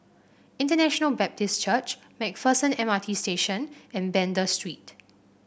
International Baptist Church MacPherson M R T Station and Banda Street